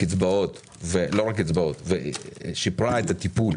קצבאות ולא רק קצבאות אלא שיפרה את הטיפול